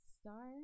Star